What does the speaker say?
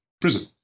prison